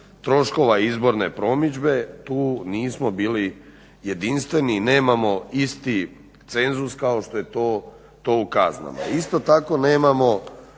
troškova izborne promidžbe tu nismo bili jedinstveni i nemamo isti cenzus kao što je to u kaznama. Isto tako nemamo